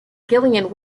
gillian